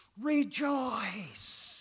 Rejoice